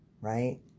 right